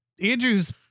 Andrew's